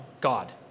God